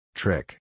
trick